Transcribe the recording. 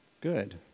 good